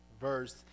verse